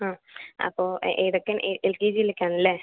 ആ അപ്പോൾ ഏതൊക്കെ എൽ കെ ജിയിലേക്ക് ആണല്ലെ